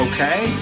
Okay